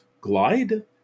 glide